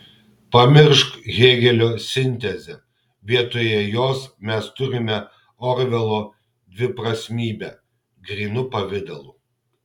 pamiršk hėgelio sintezę vietoje jos mes turime orvelo dviprasmybę grynu pavidalu